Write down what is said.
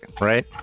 right